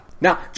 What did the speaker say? Now